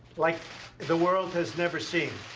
like the world has never seen.